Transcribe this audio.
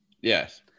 Yes